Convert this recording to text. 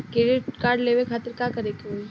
Credit card लेवे खातिर का करे के होई?